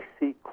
see